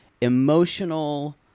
emotional